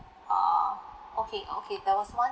err okay okay there was once